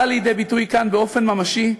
באה לידי ביטוי כאן באופן ממשי,